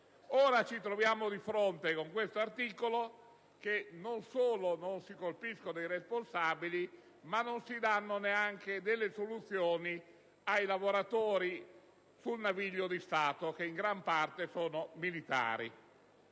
ci troviamo di fronte al fatto che non solo non si colpiscono i responsabili, ma non si danno neanche delle soluzioni ai lavoratori sul naviglio di Stato, che in gran parte sono militari.